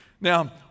Now